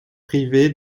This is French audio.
privé